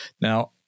Now